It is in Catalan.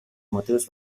motius